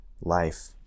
life